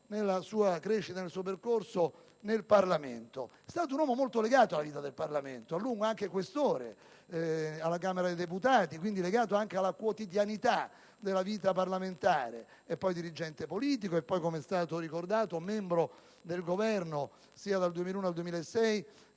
nella sua crescita e nel suo percorso nel Parlamento. È stato uomo molto legato alla vita del Parlamento, a lungo anche Questore alla Camera dei deputati e quindi legato anche alla quotidianità della vita parlamentare. È stato poi dirigente politico e quindi - come è stato ricordato - membro del Governo sia dal 2001 al 2006,